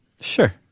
Sure